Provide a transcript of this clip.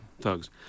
thugs